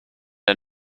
der